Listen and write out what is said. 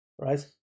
Right